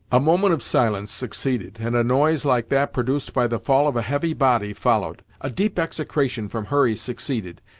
a moment of silence succeeded, and a noise like that produced by the fall of a heavy body followed. a deep execration from hurry succeeded,